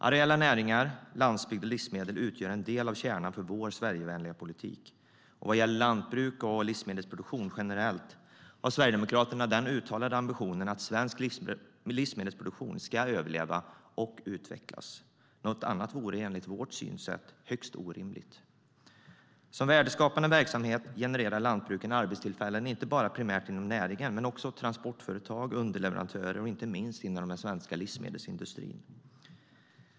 Areella näringar, landsbygd och livsmedel utgör en del av kärnan i vår Sverigevänliga politik. Vad gäller lantbruk och livsmedelsproduktion generellt har Sverigedemokraterna den uttalade ambitionen att svensk livsmedelsproduktion ska överleva och utvecklas. Något annat vore enligt vårt synsätt högst orimligt. Som värdeskapande verksamheter genererar lantbruken arbetstillfällen inte primärt inom näringen utan även åt transportföretag, underleverantörer och inte minst inom den svenska livsmedelsindustrin.